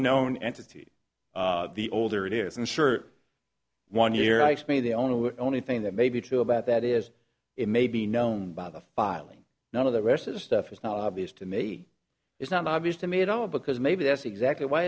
known entity the older it is and sure one year i mean the only only thing that may be true about that is it may be known by the filing none of the rest is stuff is not obvious to me it's not obvious to me at all because maybe that's exactly why